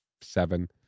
seven